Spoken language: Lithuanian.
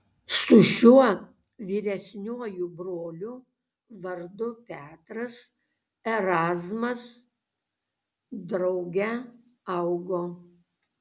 su šiuo vyresniuoju broliu vardu petras erazmas drauge augo